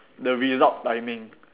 the result timing